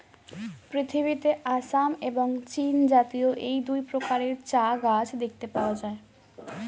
পৃথিবীতে আসাম এবং চীনজাতীয় এই দুই প্রকারের চা গাছ দেখতে পাওয়া যায়